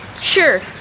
Sure